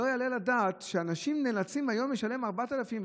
לא יעלה על הדעת שאנשים נאלצים היום לשלם 4,000,